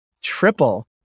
triple